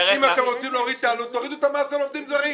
אם אתם רוצים להוריד את העלות תורידו את המס על העובדים הזרים.